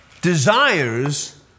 Desires